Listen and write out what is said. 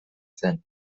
zen